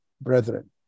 brethren